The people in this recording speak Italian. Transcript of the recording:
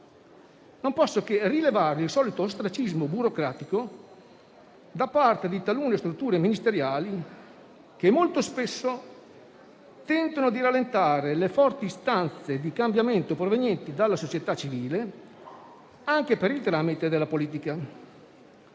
non posso che rilevare il solito ostracismo burocratico da parte di talune strutture ministeriali, che molto spesso tentano di rallentare le forti istanze di cambiamento provenienti dalla società civile, anche per il tramite della politica.